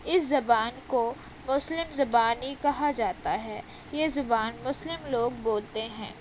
اس زبان کو مسلم زبانی کہا جاتا ہے یہ زبان مسلم لوگ بولتے ہیں